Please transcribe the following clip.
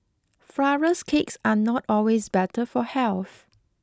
flourless cakes are not always better for health